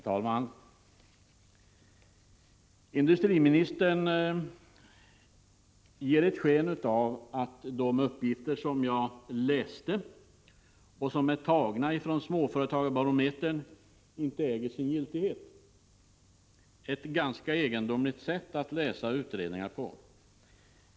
Herr talman! Industriministern ger sken av att de uppgifter som jag läste, och som är tagna från Småföretagsbarometern, inte äger sin giltighet. Det är ett ganska egendomligt sätt att se på utredningar.